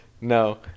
no